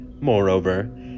Moreover